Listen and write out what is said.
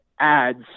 ads